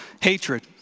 hatred